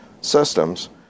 systems